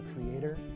creator